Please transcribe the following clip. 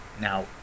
Now